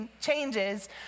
changes